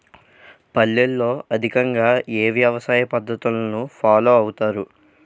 పల్లెల్లో అధికంగా ఏ వ్యవసాయ పద్ధతులను ఫాలో అవతారు?